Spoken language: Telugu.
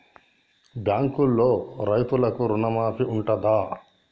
బ్యాంకులో రైతులకు రుణమాఫీ ఉంటదా?